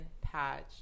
patch